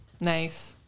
Nice